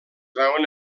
veuen